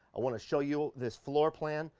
i wanna show you this floor plan,